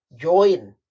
join